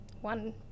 one